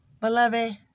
Beloved